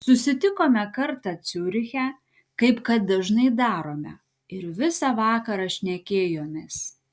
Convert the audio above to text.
susitikome kartą ciuriche kaip kad dažnai darome ir visą vakarą šnekėjomės